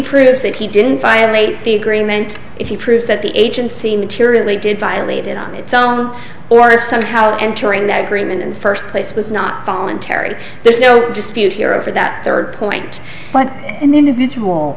proves that he didn't violate the agreement if he proves that the agency materially did violate it on its own or if somehow entering that agreement in the first place was not voluntary there's no dispute here over that third point but an individual